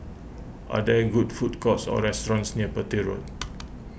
are there good food courts or restaurants near Petir Road